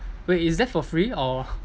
wait is that for free or